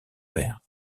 père